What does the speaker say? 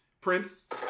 Prince